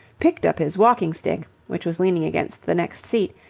picked up his walking-stick, which was leaning against the next seat,